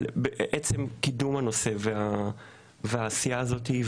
על עצם קידום הנושא והעשייה הזאת.